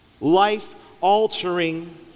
life-altering